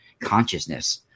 consciousness